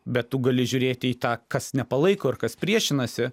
bet tu gali žiūrėti į tą kas nepalaiko ir kas priešinasi